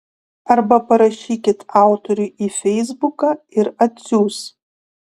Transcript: arba parašykit autoriui į feisbuką ir atsiųs